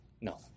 No